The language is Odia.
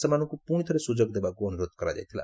ସେମାନଙ୍କୁ ପୁଣିଥରେ ସୁଯୋଗ ଦେବାକୁ ଅନୁରୋଧ କରାଯାଇଥିଲା